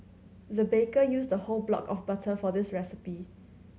the baker used a whole block of butter for this recipe